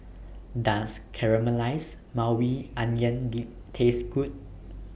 Does Caramelized Maui Onion Dip Taste Good